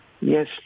yes